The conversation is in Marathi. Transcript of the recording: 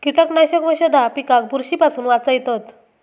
कीटकनाशक वशधा पिकाक बुरशी पासून वाचयतत